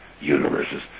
universes